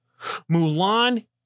Mulan